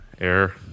Air